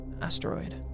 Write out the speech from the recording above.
asteroid